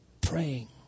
praying